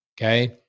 okay